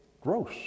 gross